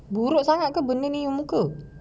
buruk sangat ke benda ini muka